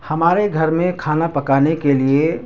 ہمارے گھر میں کھانا پکانے کے لیے